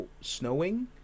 snowing